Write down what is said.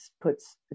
puts